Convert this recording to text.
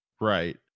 Right